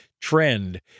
trend